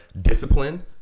Discipline